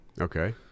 Okay